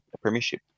Premiership